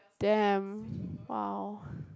damn !wow!